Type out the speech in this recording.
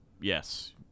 Yes